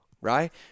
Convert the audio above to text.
right